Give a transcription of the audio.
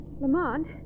lamont